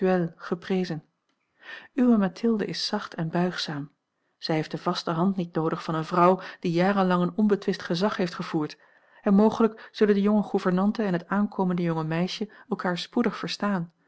geprezen uwe mathilde is zacht en a l g bosboom-toussaint langs een omweg buigzaam zij heeft de vaste hand niet noodig van eene vrouw die jarenlang een onbetwist gezag heeft gevoerd en mogelijk zullen de jonge gouvernante en het aankomende jonge meisje elkaar spoedig verstaan